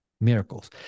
miracles